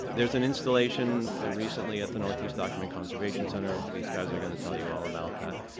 there's an installation recently at the northeast document conservation center. these guys are going to tell you all about that.